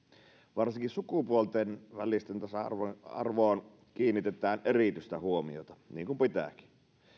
varsinkin sukupuolten väliseen tasa arvoon kiinnitetään erityistä huomiota niin kuin pitääkin